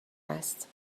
است